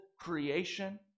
creation